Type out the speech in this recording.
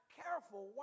careful